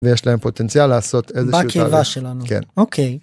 ויש להם פוטנציאל לעשות איזושהי, בקיבה שלנו, כן.